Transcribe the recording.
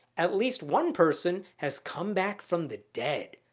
at least one person has come back from the dead,